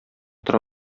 тора